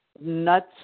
Nuts